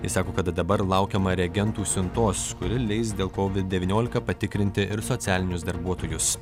jis sako kad dabar laukiama reagentų siuntos kuri leis dėl kovid devyniolika patikrinti ir socialinius darbuotojus